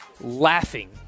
laughing